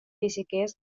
físiques